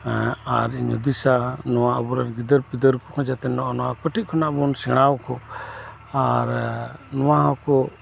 ᱟᱨ ᱤᱧ ᱦᱩᱫᱤᱥᱚᱜᱼᱟ ᱱᱚᱣᱟ ᱟᱵᱩᱨᱮᱱ ᱜᱤᱫᱟᱹᱨ ᱯᱤᱫᱟᱹᱨ ᱠᱩ ᱱᱚᱜᱚᱭᱱᱟ ᱠᱟᱹᱴᱤᱡ ᱠᱷᱚᱱᱵᱩ ᱥᱮᱸᱬᱟ ᱟᱠᱩ ᱟᱨ ᱱᱚᱣᱟᱠᱩ